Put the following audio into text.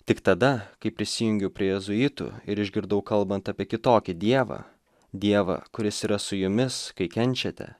tik tada kai prisijungiu prie jėzuitų ir išgirdau kalbant apie kitokį dievą dievą kuris yra su jumis kai kenčiate